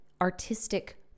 artistic